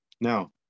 Now